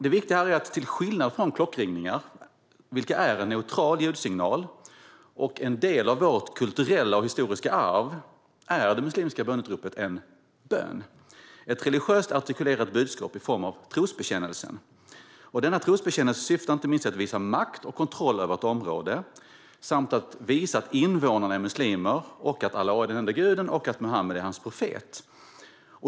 Det viktiga är att till skillnad från klockringningar, vilka är neutrala ljudsignaler och en del av vårt kulturella och historiska arv, är det muslimska böneutropet en bön. Det är ett religiöst artikulerat budskap i form av trosbekännelsen. Denna trosbekännelse syftar inte minst till att visa makt och kontroll över ett område samt att visa att invånarna är muslimer, att Allah är den enda guden och att Muhammed är hans profet.